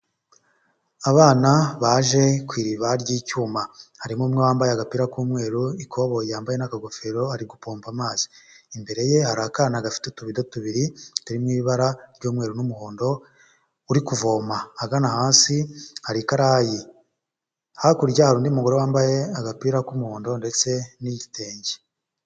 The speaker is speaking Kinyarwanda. Abana baje ku iriba ry'icyuma, harimo umwe wambaye agapira k'umweru, ikoboyi yambaye n'akagofero ari gupomba amazi, imbere ye hari akana gafite utubirido tubiri, turimo ibara ry'umweru n'umuhondo uri kuvoma, ahagana hasi hari karayi hakurya hari undi mugore wambaye agapira k'umuhondo ndetse n'igitenge.